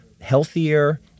healthier